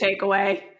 takeaway